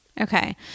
okay